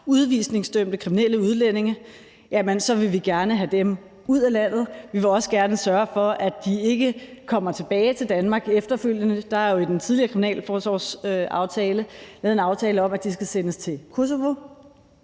udvisningsdømte kriminelle udlændinge, vil vi gerne have dem ud af landet, og vi vil også gerne sørge for, at de ikke kommer tilbage til Danmark efterfølgende. Der er jo i den tidligere kriminalforsorgsaftale lavet en aftale om, at de skal sendes til Kosovo,